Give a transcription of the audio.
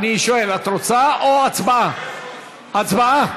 אני שואל: את רוצה, או הצבעה?